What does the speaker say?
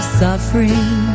suffering